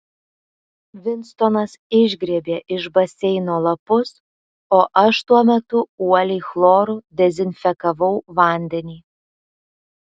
vinstonas išgriebė iš baseino lapus o aš tuo metu uoliai chloru dezinfekavau vandenį